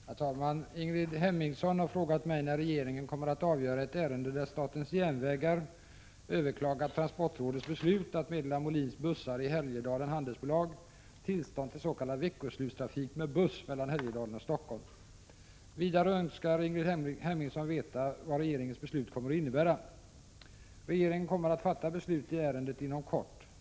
Herr talman! Ingrid Hemmingsson har frågat mig när regeringen kommer att avgöra ett ärende där statens järnvägar överklagat transportrådets beslut att meddela Mohlins Bussar i Härjedalen Handelsbolag tillstånd till s.k. veckoslutstrafik med buss mellan Härjedalen och Stockholm. Vidare önskar Ingrid Hemmingsson veta vad regeringens beslut kommer att innebära. Regeringen kommer att fatta beslut i ärendet inom kort.